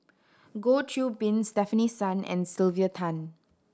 Goh Qiu Bin Stefanie Sun and Sylvia Tan